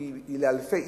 היא נוגעת לאלפי איש,